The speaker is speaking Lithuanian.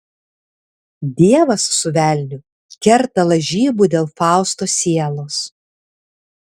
dievas su velniu kerta lažybų dėl fausto sielos